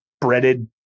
breaded